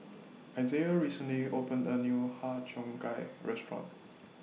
Isiah recently opened A New Har Cheong Gai Restaurant